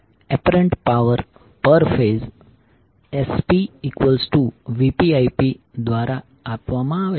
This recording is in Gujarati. એપરંટ પાવર પર ફેઝ SpVpIp દ્વારા આપવામાં આવે છે